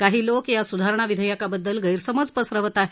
काही लोक या सुधारणा विधेयकाबद्दल गैरसमज पसरवत आहेत